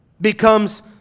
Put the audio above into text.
becomes